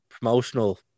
promotional